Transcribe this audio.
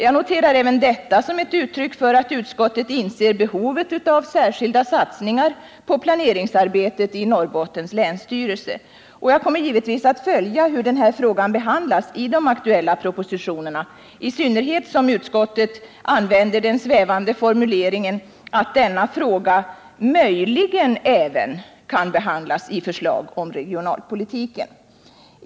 Jag noterar även detta som ett uttryck för att utskottet inser behovet av särskilda satsningar på planeringsarbetet i Norrbottens länsstyrelse. Jag kommer givetvis att följa behandlingen av frågan i de aktuella propositionerna, i synnerhet som utskottet använder den svävande formuleringen att denna fråga ”möjligen även” kan behandlas i förslag om regionalpolitiken.